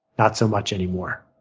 not so much anymore.